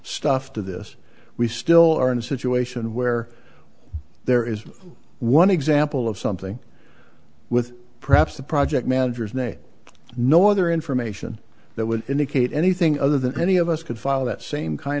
stuff to this we still are in a situation where there is one example of something with perhaps the project managers name no other information that would indicate anything other than any of us could follow that same kind